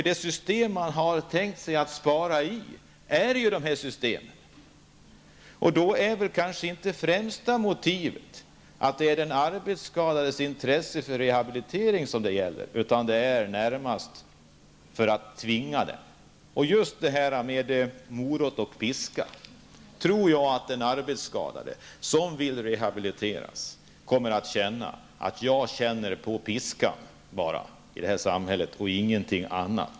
I det system som man har tänkt sig för dessa besparingar finns ju det som här omtalas. Det främsta motivet är kanske inte att man skall se till de arbetsskadades intressen för rehabilitering. Närmast är det här fråga om ett tvång. Just när det gäller detta med morot och piska tror jag att den arbetsskadade som vill bli rehabiliterad bara kommer att känna av piskan.